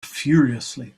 furiously